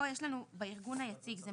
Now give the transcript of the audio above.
כארגון היציג של